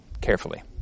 carefully